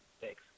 Thanks